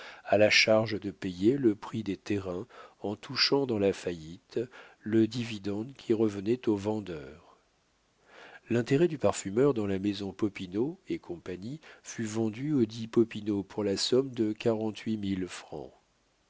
à la charge de payer le prix des terrains en touchant dans la faillite le dividende qui revenait aux vendeurs l'intérêt du parfumeur dans la maison popinot et compagnie fut vendu audit popinot pour la somme de quarante-huit mille francs